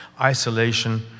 isolation